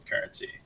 currency